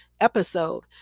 episode